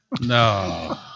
No